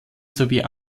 sowie